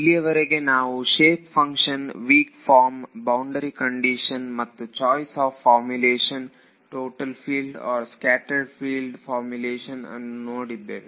ಇಲ್ಲಿಯವರೆಗೆ ನಾವು shape function weak form boundary condition ಮತ್ತು choice of formulation total field ಅಥವಾ ಸ್ಕ್ಯಾಟರೆಡ್ ಫೀಲ್ಡ್ ಫಾರ್ಮ್ಯುಲೆಷನ್ ಅನ್ನು ನೋಡಿದ್ದೇವೆ